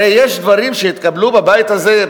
הרי יש דברים שהתקבלו בבית הזה,